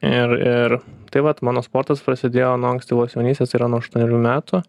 ir ir tai vat mano sportas prasidėjo nuo ankstyvos jaunystės tai yra nuo aštuonerių metų